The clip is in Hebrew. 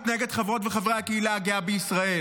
נגד חברות וחברי הקהילה הגאה בישראל.